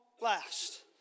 last